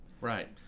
Right